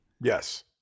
Yes